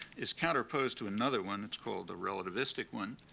is counter-opposed to another one, it's called a relativistic one,